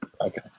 Okay